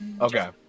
Okay